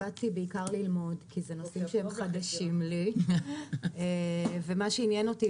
באתי בעיקר ללמוד כי אלה נושאים שהם חדשים לי ומה שעניין אותי,